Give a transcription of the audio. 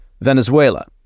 Venezuela